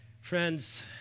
Friends